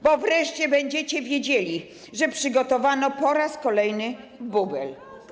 Bo wreszcie będziecie wiedzieli, że przygotowano po raz kolejny bubel.